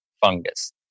fungus